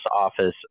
office